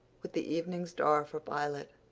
with the evening star for pilot,